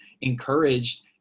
encouraged